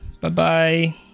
Bye-bye